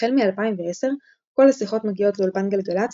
החל מ-2010 כל השיחות מגיעות לאולפן גלגלצ